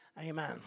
Amen